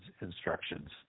instructions